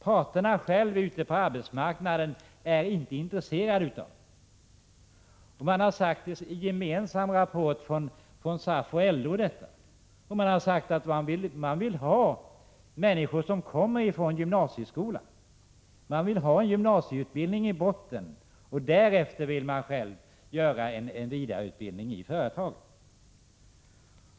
Parterna på arbetsmarknaden är inte intresserade av den. Det har man sagt i en gemensam rapport från SAF och LO. Man har sagt att man vill ha människor som kommer ifrån gymnasieskola. Man vill att de skall ha gymnasieutbildning i botten. Därefter vill man själv bedriva vidareutbildning i företagen.